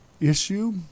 issue